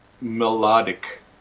melodic